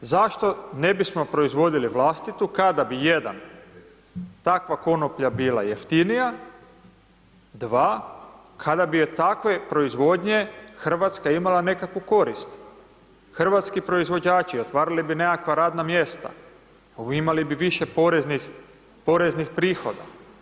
Zašto ne bismo proizvodili vlastitu kada bi 1, takva konoplja bila jeftinija, 2 kada bi od takve proizvodnje Hrvatska imala nekakvu korist, hrvatski proizvođači otvarali bi nekakva radna mjesta, imali bi više poreznih prihoda.